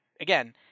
again